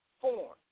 form